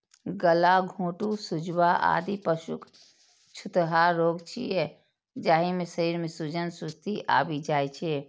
गलाघोटूं, सुजवा, आदि पशुक छूतहा रोग छियै, जाहि मे शरीर मे सूजन, सुस्ती आबि जाइ छै